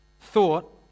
thought